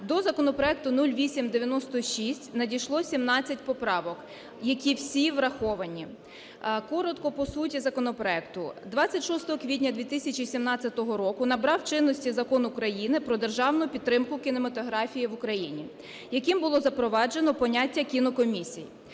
До законопроекту 0896 надійшло 17 поправок, які всі враховані. Коротко по суті законопроекту. 26 квітня 2017 року набрав чинності Закон України "Про державну підтримку кінематографії в Україні", яким було запроваджено поняття "кінокомісій".